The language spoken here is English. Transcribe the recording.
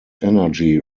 energy